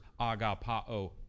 Agapao